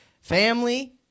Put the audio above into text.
family